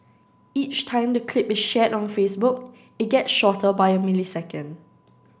each time the clip is shared on Facebook it gets shorter by a millisecond